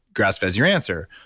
grass-fed is your answer.